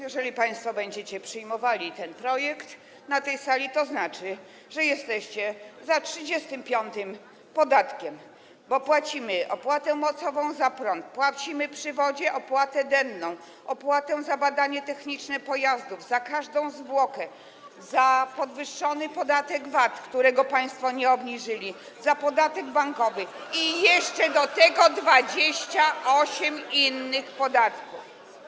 Jeżeli państwo będziecie przyjmowali ten projekt na tej sali, to znaczy, że jesteście za 35. podatkiem, bo płacimy opłatę mocową za prąd, przy wodzie - opłatę denną, opłatę za badanie techniczne pojazdów, za każdą zwłokę, podwyższony podatek VAT, którego państwo nie obniżyli, podatek bankowy [[Wesołość na sali]] i jeszcze do tego 28 innych podatków.